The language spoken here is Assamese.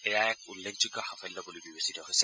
এয়া এক উল্লেখযোগ্য সাফল্য বুলি বিবেচিত হৈছে